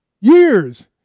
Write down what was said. Years